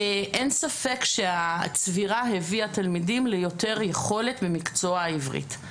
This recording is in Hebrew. אין ספק שהצבירה הביאה תלמידים ליותר יכולת במקצוע העברית.